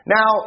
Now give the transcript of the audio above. Now